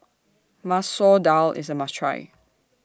Masoor Dal IS A must Try